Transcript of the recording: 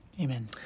Amen